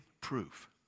proof